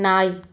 நாய்